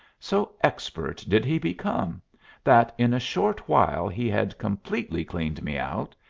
so expert did he become that in a short while he had completely cleaned me out,